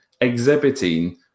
exhibiting